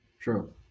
True